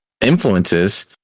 influences